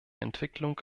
entwicklung